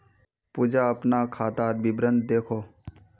पूजा अपना खातार विवरण दखोह